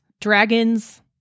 Dragons